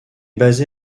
basé